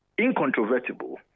incontrovertible